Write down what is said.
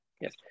yes